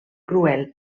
cruel